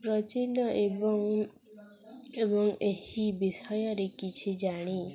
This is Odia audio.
ପ୍ରାଚୀନ ଏବଂ ଏବଂ ଏହି ବିଷୟରେ କିଛି ଜାଣି